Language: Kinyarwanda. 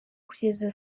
kugeza